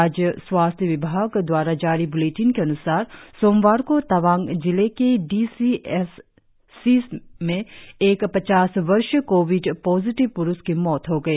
राज्य स्वास्थ्य विभाग दवारा जारी ब्लेटिन के अन्सार सोमवार को तवांग जिले के डी सी एस सी में एक पचास वर्षीय कोविड पॉजटिव प्रुष की मौत हो गई